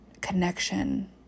connection